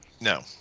No